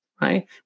right